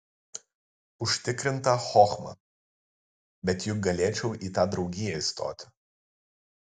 užtikrinta chochma bet juk galėčiau į tą draugiją įstoti